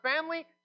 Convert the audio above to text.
family